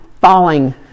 falling